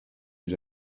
was